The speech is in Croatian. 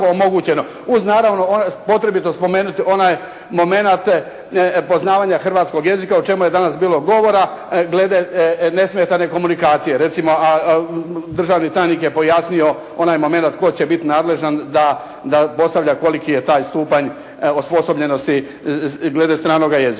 Uz naravno potrebito je spomenuti onaj momenat poznavanja hrvatskog jezika o čemu je danas bilo govora glede nesmetane komunikacije. Recimo a državni tajnik je pojasnio onaj momenat tko će biti nadležan da postavlja koliki je taj stupanj osposobljenosti glede stranog jezika.